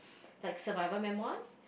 like survival memoirs